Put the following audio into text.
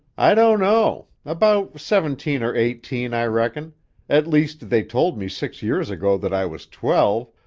i don't know. about seventeen or eighteen, i reckon at least, they told me six years ago that i was twelve,